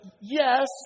Yes